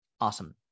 Awesome